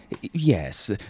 Yes